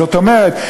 זאת אומרת,